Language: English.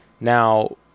now